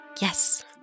Yes